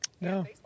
No